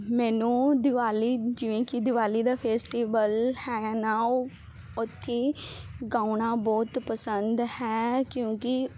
ਮੈਨੂੰ ਦੀਵਾਲੀ ਜਿਵੇਂ ਕੀ ਦੀਵਾਲੀ ਦਾ ਫੇਸਟੀਬਲ ਹੈ ਨਾ ਉਹ ਉੱਥੇ ਗਾਉਣਾ ਬਹੁਤ ਪਸੰਦ ਹੈ ਕਿਉਂਕੀ